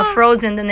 Frozen